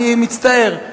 אני מצטער,